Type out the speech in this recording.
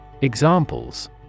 Examples